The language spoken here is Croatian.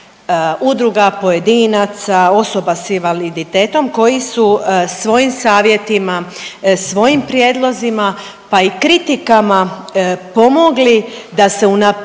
udruga pojedinaca, osoba s invaliditetom, koji su svojim savjetima, svojim prijedlozima, pa i kritikama pomogli da se unaprijediti